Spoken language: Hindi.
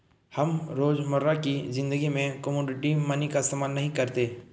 हम रोजमर्रा की ज़िंदगी में कोमोडिटी मनी का इस्तेमाल नहीं करते